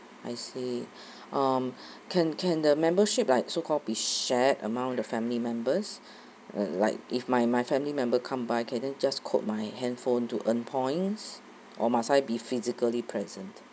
I see um can can the membership like so called be shared among the family members like if my my family member come by can them just quote my handphone to earn points or must I be physically present